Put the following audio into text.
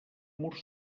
murs